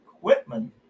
Whitman